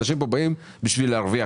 אנשים באים בשביל להרוויח,